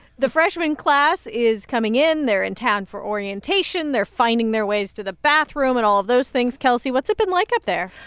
the freshman class is coming in. they're in town for orientation. they're finding their ways to the bathroom and all of those things. kelsey, what's it been like up there?